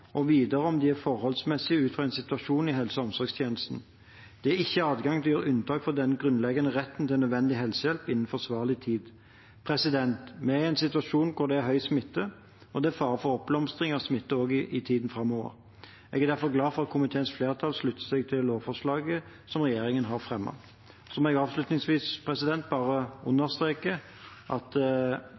og videre om de er forholdsmessige ut fra en situasjon i helse- og omsorgstjenesten. Det er ikke adgang til å gjøre unntak fra den grunnleggende retten til nødvendig helsehjelp innen forsvarlig tid. Vi er i en situasjon der det er høy smitte, og det er fare for oppblomstring av smitten også i tiden framover. Jeg er derfor glad for at komiteens flertall har sluttet seg til lovforslaget som regjeringen har fremmet. Så vil jeg avslutningsvis bare understreke at